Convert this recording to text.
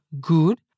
good